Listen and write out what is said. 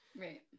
right